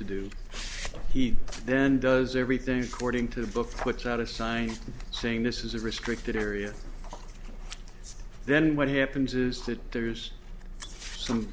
to do he then does everything cording to the book puts out a sign saying this is a restricted area then what happens is that there's some